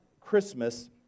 Christmas